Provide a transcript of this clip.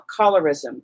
colorism